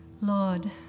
Lord